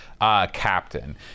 captain